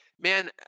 man